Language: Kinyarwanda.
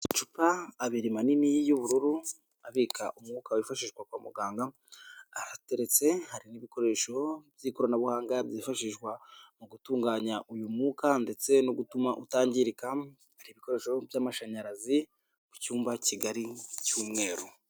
Amacupa abiri manini y'ubururu abika umwuka wifashishwa kwa muganga arateretse n'ibikoresho by'ikoranabuhanga byifashishwa mu gutunganya uyu mwuka ndetse no gutuma utangirika. Hari ibikoresho by'amashanyarazi mu cyumba kigari cy'umweru.